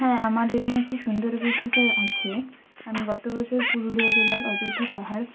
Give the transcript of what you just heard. হ্যাঁ আমাদেরও একটি সুন্দর অভিজ্ঞতা আছে আমি গত বছর পুরুলিয়া জেলার অয্যোধ্যা পাহাড়